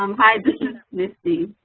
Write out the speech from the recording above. um hi, this is misty.